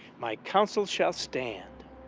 my counsel shall stand